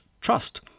Trust